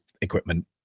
equipment